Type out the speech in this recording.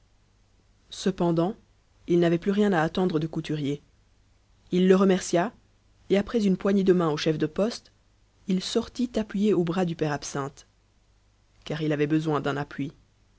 cependant il n'avait plus rien à attendre de couturier il le remercia et après une poignée de main au chef de poste il sortit appuyé au bras du père absinthe car il avait besoin d'un appui